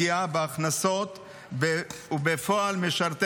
את דמי המילואים בשל פער בין ההכנסות בפועל בשנת 2023,